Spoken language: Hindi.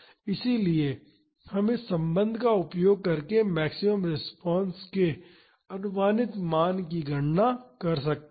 इसलिए हम इस संबंध का उपयोग करके मैक्सिमम रिस्पांस के अनुमानित मान की गणना कर सकते हैं